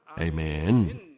Amen